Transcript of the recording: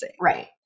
Right